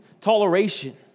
toleration